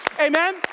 Amen